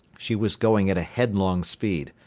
she was going at a headlong speed,